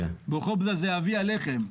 בוקובזה זה אבי הלחם.